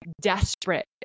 desperate